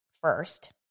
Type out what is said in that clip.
first